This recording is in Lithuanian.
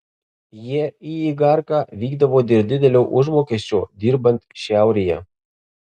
jie į igarką vykdavo dėl didelio užmokesčio dirbant šiaurėje